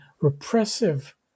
repressive